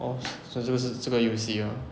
orh 所以这个是这个游戏 ah